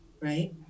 right